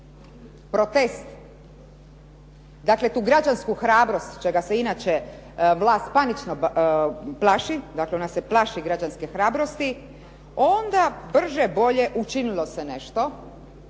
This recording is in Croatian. protest, dakle tu građansku hrabrost čega se inače vlast panično plaši, dakle ona se plaši građanske hrabrosti onda brže bolje učinilo se nešto,